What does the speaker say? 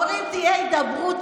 אומרים שתהיה הידברות.